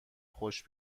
خوش